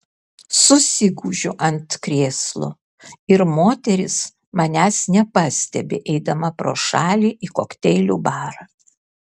susigūžiu ant krėslo ir moteris manęs nepastebi eidama pro šalį į kokteilių barą